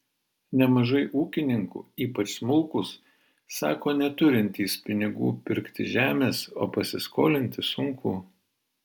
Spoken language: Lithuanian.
nemažai ūkininkų ypač smulkūs sako neturintys pinigų pirkti žemės o pasiskolinti sunku